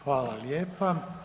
Hvala lijepa.